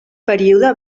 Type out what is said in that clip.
període